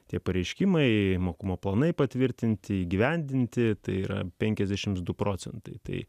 tie pareiškimai mokumo planai patvirtinti įgyvendinti tai yra penkiasdešim du procentai tai